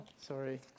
Sorry